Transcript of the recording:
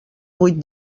vuit